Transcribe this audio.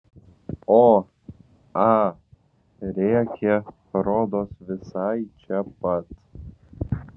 o a rėkė rodos visai čia pat